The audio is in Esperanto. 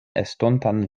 estontan